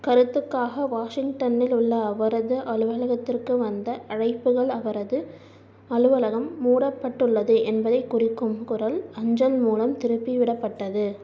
கருத்துக்காக வாஷிங்டன்னில் உள்ள அவரது அலுவலகத்திற்கு வந்த அழைப்புகள் அவரது அலுவலகம் மூடப்பட்டுள்ளது என்பதைக் குறிக்கும் குரல் அஞ்சல் மூலம் திருப்பிவிடப்பட்டது